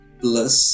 plus